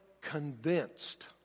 convinced